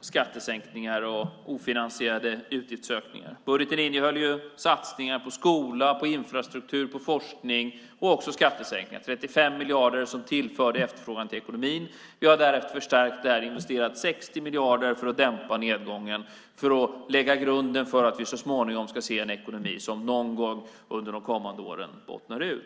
skattesänkningar och ofinansierade utgiftsökningar. Budgeten innehöll satsningar på skola, infrastruktur och forskning och också skattesänkningar, 35 miljarder, som tillförde efterfrågan till ekonomin. Vi har därefter förstärkt det och investerat 60 miljarder för att dämpa nedgången och för att lägga grunden för att vi så småningom ska se en ekonomi som någon gång under de kommande åren bottnar ur.